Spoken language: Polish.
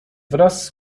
wraz